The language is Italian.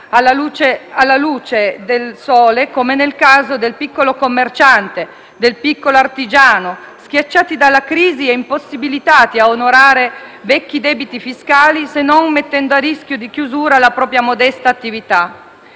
alla luce del sole, come nel caso del piccolo commerciante o del piccolo artigiano, schiacciati dalla crisi e impossibilitati a onorare vecchi debiti fiscali, se non mettendo a rischio di chiusura la propria modesta attività.